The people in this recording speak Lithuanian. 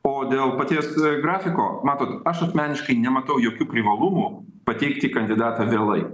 o dėl paties grafiko matot aš asmeniškai nematau jokių privalumų pateikti kandidatą vėlai